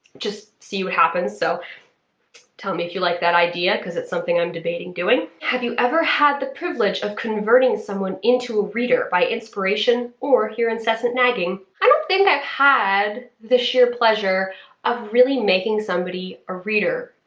just see what happens. so tell me if you like that idea because it's something i'm debating doing. have you ever had the privilege of converting someone into a reader by inspiration or your incessant nagging? i don't think i've had the sheer pleasure of really making somebody a reader.